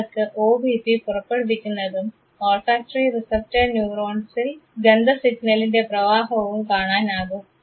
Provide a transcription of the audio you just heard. നിങ്ങൾക്ക് ഒബിപി പുറപ്പെടുവിക്കുന്നതും olfactory receptor ന്യൂറോൺസിൽ ഗന്ധസിഗ്നലിൻറെ പ്രവാഹവും കാണാനാകും